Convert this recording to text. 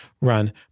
run